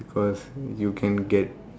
because you can get